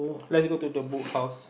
let's go to the Book House